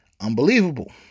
Unbelievable